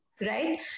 right